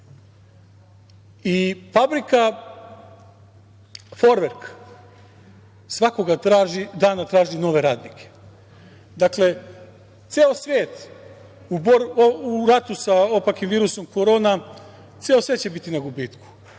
ljudi. Fabrika „Forverk“ svakog dana traži nove radnike. Dakle, u ratu sa opakim virusom korona ceo svet će biti na gubitku.